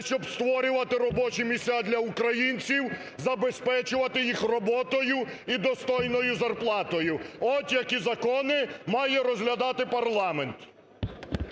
щоб створювати робочі місця для українців, забезпечувати їх роботою і достойною зарплатою. От, які закони має розглядати парламент!